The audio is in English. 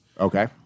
Okay